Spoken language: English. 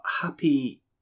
happy